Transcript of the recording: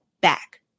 back